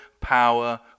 power